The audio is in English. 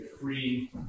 free